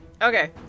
Okay